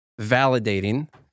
validating